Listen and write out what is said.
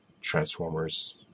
Transformers